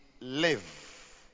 live